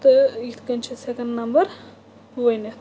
تہٕ یِتھ کٔنۍ چھِ أسۍ ہیٚکان نمبر ؤنِتھ